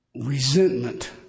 resentment